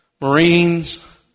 Marines